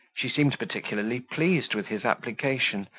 she seemed particularly pleased with his application,